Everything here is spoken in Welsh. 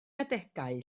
adegau